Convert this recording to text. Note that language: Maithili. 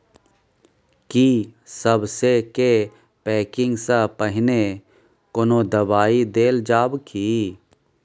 की सबसे के पैकिंग स पहिने कोनो दबाई देल जाव की?